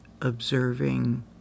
observing